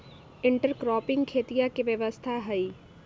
intercropping खेतीया के व्यवस्था हई